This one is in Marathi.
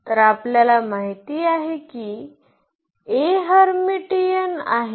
तर आपल्याला माहित आहे की A हर्मीटियन आहे